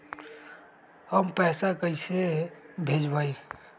हम पैसा कईसे भेजबई?